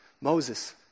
Moses